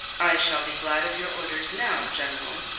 i shall be glad of your orders now, general,